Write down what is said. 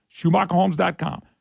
SchumacherHomes.com